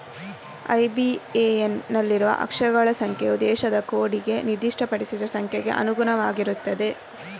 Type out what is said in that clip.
IBAN ನಲ್ಲಿನ ಅಕ್ಷರಗಳ ಸಂಖ್ಯೆಯು ದೇಶದ ಕೋಡಿಗೆ ನಿರ್ದಿಷ್ಟಪಡಿಸಿದ ಸಂಖ್ಯೆಗೆ ಅನುಗುಣವಾಗಿರುತ್ತದೆ